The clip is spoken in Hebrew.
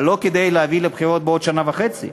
אבל לא כדי להביא לבחירות בעוד שנה וחצי,